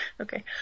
Okay